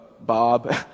Bob